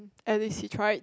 at least he tried